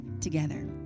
together